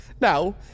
Now